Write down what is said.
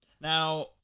Now